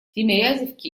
тимирязевке